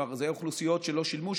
כלומר לאוכלוסיות שלא שילמו,